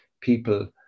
people